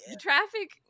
Traffic